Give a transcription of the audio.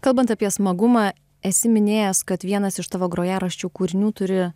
kalbant apie smagumą esi minėjęs kad vienas iš tavo grojaraščių kūrinių turi